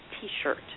t-shirt